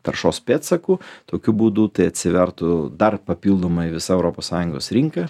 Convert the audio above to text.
taršos pėdsaku tokiu būdu tai atsivertų dar papildomai visa europos sąjungos rinka